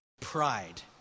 pride